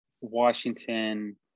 Washington